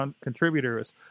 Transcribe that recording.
contributors